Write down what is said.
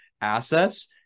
assets